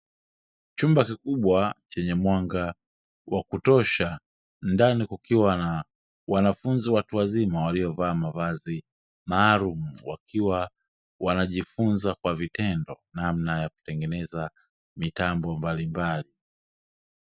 Chumba kikubwa chenye mwanga wa kutosha, ndani kukiwa na wanafunzi watu wazima waliovaa mavazi maalumu, wakiwa wanajifunza kwa vitendo namna ya kutengeneza mitambo mbalimbali.